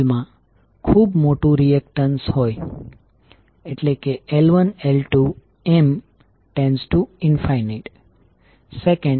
coil માં ખૂબ મોટું રિએકટન્સ હોય L1L2M→∞ 2